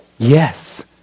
Yes